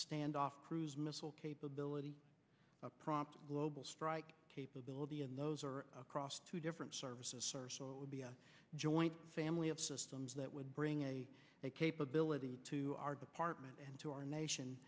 standoff cruise missile capability prompt global strike capability and those are across two different services would be a joint family of systems that would bring a capability to our department and to our nation